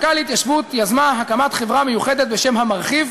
והמחלקה להתיישבות יזמה הקמת חברה מיוחדת בשם "המרחיב",